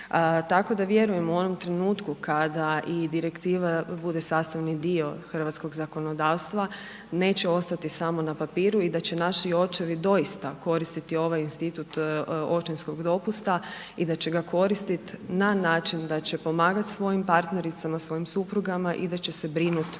Tako da vjerujem u onom trenutku kada i direktiva bude sastavni dio hrvatskog zakonodavstva, neće ostati samo na papiru i da će naši očevi doista koristiti ovaj institut očinskog dopusta i da će ga koristit na način da će pomagat svojim partnericama, svojim suprugama i da će se brinut